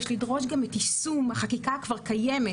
יש לדרוש גם את יישום החקיקה הכבר קיימת